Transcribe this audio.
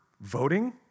voting